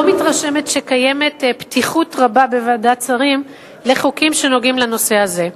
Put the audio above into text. מודה לסגן ראש הממשלה על הנושא החשוב הזה,